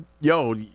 Yo